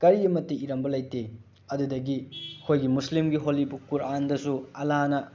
ꯀꯔꯤꯃꯠꯇ ꯏꯔꯝꯕ ꯂꯩꯇꯦ ꯑꯗꯨꯗꯒꯤ ꯑꯩꯈꯣꯏꯒꯤ ꯃꯨꯁꯂꯤꯝꯒꯤ ꯍꯣꯂꯤ ꯕꯨꯛ ꯀꯨꯔꯥꯟꯗꯁꯨ ꯑꯜꯂꯥꯅ